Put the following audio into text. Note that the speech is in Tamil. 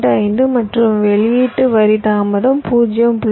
25 மற்றும் வெளியீட்டு வரி தாமதம் 0